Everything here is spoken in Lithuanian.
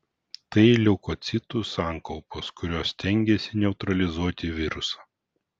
tai leukocitų sankaupos kurios stengiasi neutralizuoti virusą